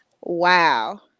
Wow